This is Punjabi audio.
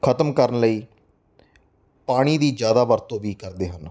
ਖਤਮ ਕਰਨ ਲਈ ਪਾਣੀ ਦੀ ਜ਼ਿਆਦਾ ਵਰਤੋਂ ਵੀ ਕਰਦੇ ਹਨ